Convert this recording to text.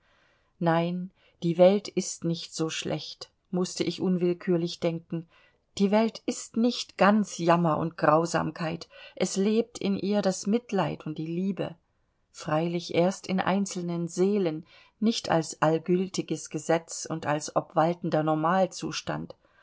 nein die welt ist nicht so schlecht mußte ich unwillkürlich denken die welt ist nicht ganz jammer und grausamkeit es lebt in ihr das mitleid und die liebe freilich erst in einzelnen seelen nicht als allgültiges gesetz und als obwaltender normalzustand